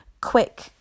quick